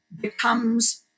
becomes